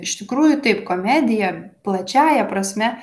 iš tikrųjų taip komedija plačiąja prasme